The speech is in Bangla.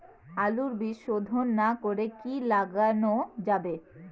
আলুর বীজ শোধন না করে কি লাগানো যাবে?